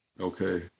Okay